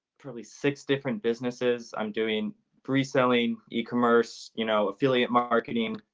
probably six different businesses. i'm doing reselling ecommerce, you know affiliate marketing,